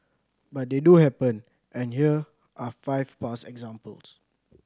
but they do happen and here are five past examples